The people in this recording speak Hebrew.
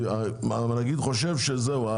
הנגיד חושב שזהו,